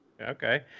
Okay